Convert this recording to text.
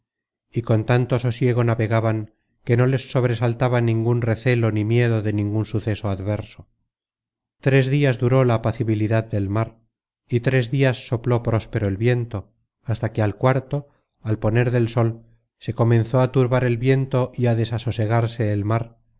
y con tanto sosiego navegaban que no les sobresaltaba ningun recelo ni miedo de ningun suceso adverso tres dias duró la apacibilidad del mar y tres dias sopló próspero el viento hasta que al cuarto al poner del sol se comenzó á turbar el viento y á desasosegarse el mar